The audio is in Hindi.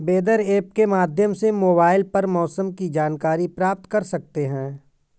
वेदर ऐप के माध्यम से मोबाइल पर मौसम की जानकारी प्राप्त कर सकते हैं